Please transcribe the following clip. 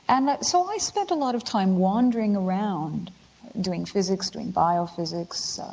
and so i spent a lot of time wandering around doing physics, doing biophysics,